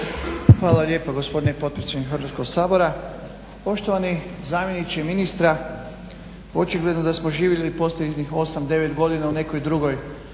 Hvala lijepa gospodine potpredsjedniče Hrvatskog sabora. Poštovani zamjeniče ministra, očigledno da smo živjeli posljednjih 8, 9 godina u nekoj drugoj